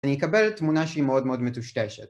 אני אקבל תמונה שהיא מאוד מאוד מטושטשת.